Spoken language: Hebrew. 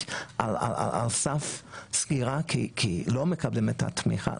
על סף סגירה כי הם לא מקבלים את התמיכה,